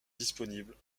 disponibles